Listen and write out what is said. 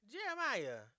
Jeremiah